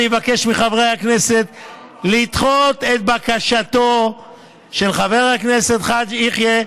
אני מבקש מחברי הכנסת לדחות את בקשתו של חבר הכנסת חאג' יחיא,